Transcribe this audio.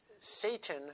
Satan